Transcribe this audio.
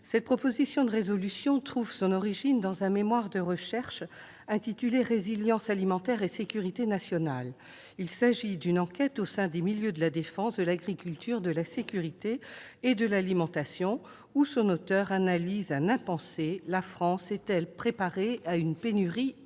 la sécurité nationale. Ce texte trouve son origine dans un mémoire de recherche intitulé « Résilience alimentaire et sécurité nationale ». Il s'agit d'une enquête menée au sein des milieux de la défense, de l'agriculture, de la sécurité et de l'alimentation, dont l'auteur analyse un impensé : la France est-elle préparée à une pénurie alimentaire ?